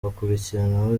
hakurikiraho